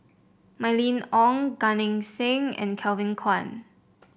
Mylene Ong Gan Eng Seng and Kevin Kwan